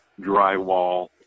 drywall